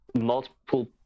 multiple